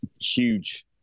huge